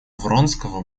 вронского